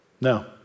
no